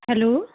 hello